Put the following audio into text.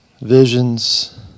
visions